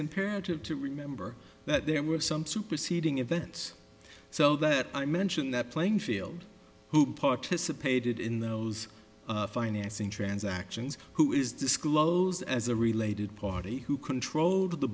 imperative to remember that there were some superseding events so that i mentioned that playing field who participated in those financing transactions who is disclosed as a related party who controlled the